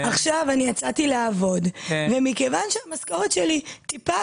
עכשיו אני יצאתי לעבוד ומכיוון שהמשכורת שלי טיפה